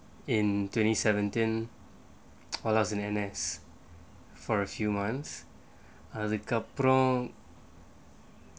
in twenty seventeen while I was in N_S for a few months அதுக்கப்புறம்:athukkappuram